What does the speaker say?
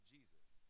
Jesus